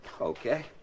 Okay